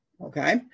Okay